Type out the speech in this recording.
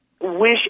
Wish